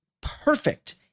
perfect